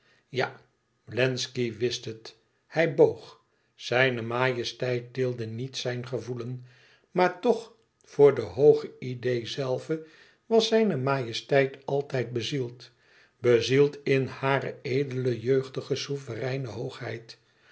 ja wlenzci wist het hij boog zijne majesteit deelde niet zijn gevoelen maar toch voor de hooge idee zelve was zijne majesteit altijd bezield bezield in hare edele jeugdige souvereine hoogheid